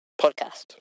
podcast